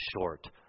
short